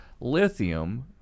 Lithium